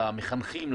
למחנכים,